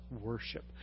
worship